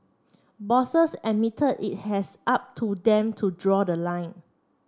bosses admitted it has up to them to draw the line